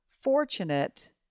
fortunate